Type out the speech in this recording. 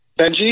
Benji